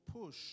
push